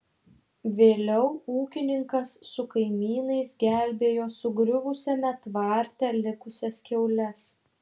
vėliau ūkininkas su kaimynais gelbėjo sugriuvusiame tvarte likusias kiaules